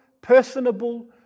personable